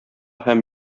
һәм